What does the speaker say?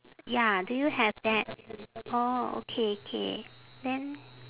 ya do you have that orh okay K then